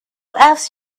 asked